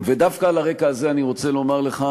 ודווקא על הרקע הזה אני רוצה לומר לך